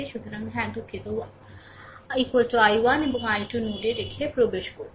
সুতরাং হ্যাঁ দুঃখিত 1 i1 এবং i2 নোড রেখে প্রবেশ করছেন